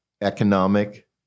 economic